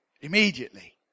immediately